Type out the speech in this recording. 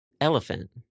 elephant